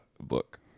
book